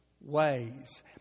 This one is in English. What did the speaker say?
ways